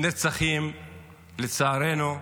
נרצחים, לצערנו,